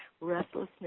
restlessness